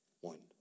one